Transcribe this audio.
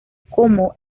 como